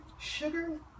Sugar